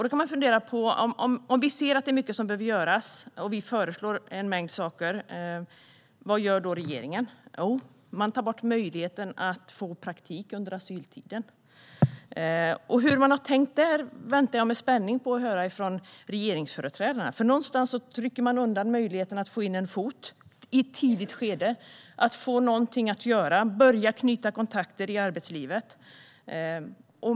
Då kan man fundera på något. Vi ser att det är mycket som behöver göras, och vi föreslår en mängd saker. Vad gör då regeringen? Jo, man tar bort möjligheten att få praktik under asyltiden. Hur har man tänkt där? Jag väntar med spänning på att höra det från regeringsföreträdarna. Man trycker undan möjligheten att få in en fot i ett tidigt skede, att få någonting att göra och att börja knyta kontakter i arbetslivet.